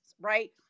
right